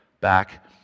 back